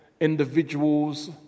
individuals